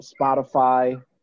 Spotify